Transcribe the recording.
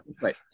right